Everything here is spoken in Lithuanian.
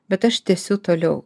bet aš tęsiu toliau